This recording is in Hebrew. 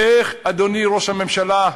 אדוני ראש הממשלה,